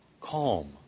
calm